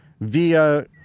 via